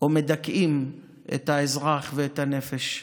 או מדכאים את האזרח ואת הנפש,